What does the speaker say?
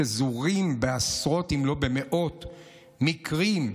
שזורים בעשרות אם לא במאות מקרים.